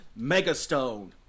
Megastone